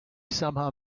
somehow